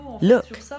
look